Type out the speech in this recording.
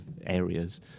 areas